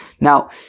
Now